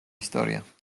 ისტორია